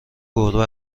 گربه